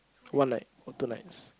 one night or two nights